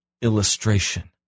illustration